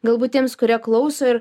galbūt tiems kurie klauso ir